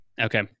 okay